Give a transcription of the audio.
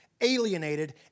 alienated